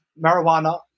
marijuana